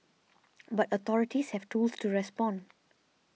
but authorities have tools to respond